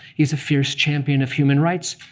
he's a fierce champion of human rights,